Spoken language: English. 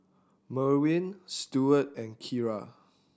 Merwin Stewart and Kira